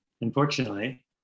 Unfortunately